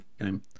game